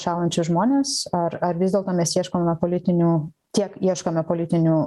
šąlančius žmones ar ar vis dėlto mes ieškome politinių tiek ieškome politinių